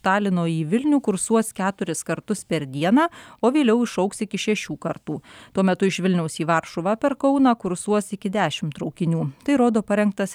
talino į vilnių kursuos keturis kartus per dieną o vėliau išaugs iki šešių kartų tuo metu iš vilniaus į varšuvą per kauną kursuos iki dešimt traukinių tai rodo parengtas